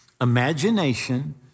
imagination